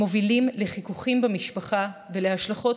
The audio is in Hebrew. המובילים לחיכוכים במשפחה ולהשלכות